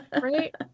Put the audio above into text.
Right